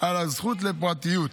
על הזכות לפרטיות,